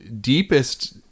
deepest